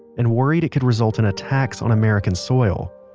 and worried it could result in attacks on american soil